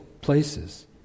places